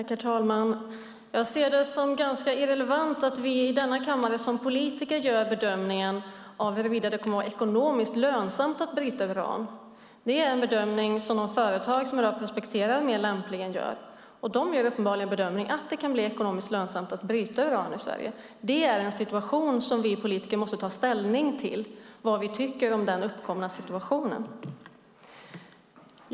Herr talman! Jag ser det som ganska irrelevant att vi i denna kammare som politiker gör bedömningen av huruvida det kommer att vara ekonomiskt lönsamt att bryta uran. Det är en bedömning som de företag som i dag prospekterar lämpligen gör, och de gör uppenbarligen bedömningen att det kan bli ekonomiskt lönsamt att bryta uran i Sverige. Den uppkomna situationen måste vi politiker ta ställning till.